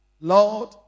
Lord